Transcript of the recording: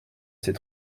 ces